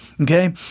okay